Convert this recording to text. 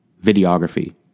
videography